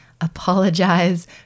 apologize